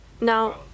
Now